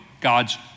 God's